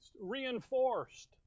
Reinforced